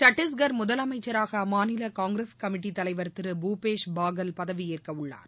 சத்தீஸ்கர் முதலமைச்சராக அம்மாநில காங்கிரஸ் கமிட்டித் தலைவர் திரு பூபேஷ் பாகல் பதவியேற்க உள்ளார்